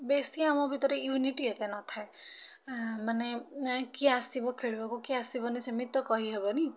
ବେଶୀ ଆମ ଭିତରେ ୟୁନିଟି ଏତେ ନଥାଏ ଏ ମାନେ ଏ କିଏ ଆସିବ ଖେଳିବାକୁ କିଏ ଆସିବନି ସେମିତି ତ କହି ହେବନି